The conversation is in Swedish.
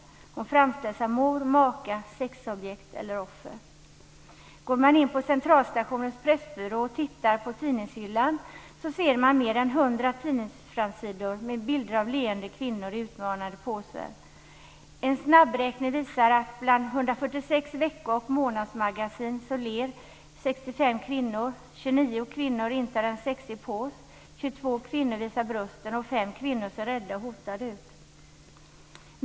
Hon framställs som mor, maka, sexobjekt eller offer. Går man in på Centralstationens pressbyrå och tittar på tidningshyllan ser man mer än hundra tidningsframsidor med bilder av leende kvinnor i utmanande poser. En snabbräkning visar att bland 146 vecko och månadsmagasin ler 65 kvinnor, 29 kvinnor intar en sexig pose, 22 kvinnor visar brösten och 5 kvinnor ser rädda och hotade ut.